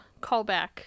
callback